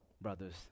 brothers